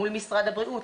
מול משרד הבריאות,